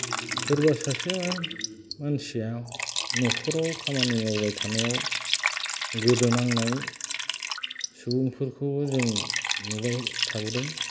सोरबा सासेया मानसिया नखराव खामानि मावबाय थानायाव गोदोनांनाय सुबुंफोरखौबो जों नुबाय थाबोदों